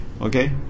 Okay